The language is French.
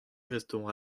resteront